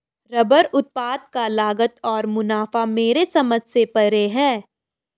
rubber उत्पाद का लागत और मुनाफा मेरे समझ से परे है